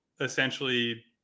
essentially